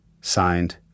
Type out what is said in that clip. Signed